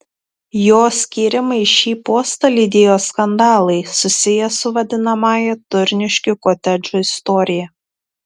jo skyrimą į šį postą lydėjo skandalai susiję su vadinamąja turniškių kotedžų istorija